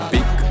Big